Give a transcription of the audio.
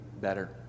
better